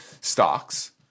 stocks